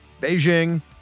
Beijing